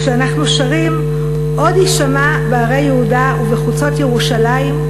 כשאנחנו שרים: "עוד יישמע בערי יהודה ובחוצות ירושלים,